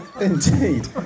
Indeed